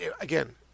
again